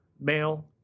male